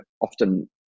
often